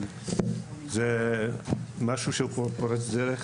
אבל משהו שהוא פרוץ דרך